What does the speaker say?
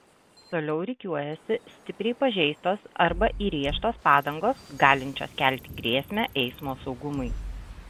toliau rikiuojasi stipriai pažeistos arba įrėžtos padangos galinčios kelti grėsmę eismo saugumui